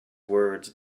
words